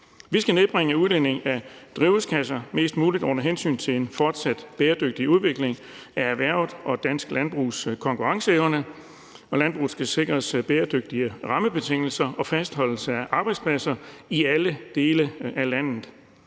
Vi skal nedbringe udledningen af drivhusgasser mest muligt under hensyntagen til en fortsat bæredygtig udvikling af erhvervet og dansk landbrugs konkurrenceevne. Landbruget skal sikres bæredygtige rammebetingelser og fastholdelse af arbejdspladser i alle dele af landet.